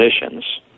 positions